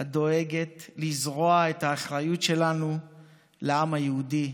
את דואגת לזרוע את האחריות שלנו לעם היהודי,